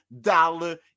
dollar